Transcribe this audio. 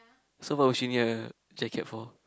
so why would you need a jacket for